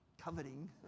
coveting